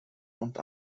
und